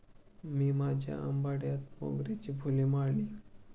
मी माझ्या आंबाड्यात मोगऱ्याची फुले माळली